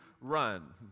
run